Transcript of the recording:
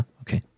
okay